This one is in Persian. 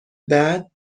بعد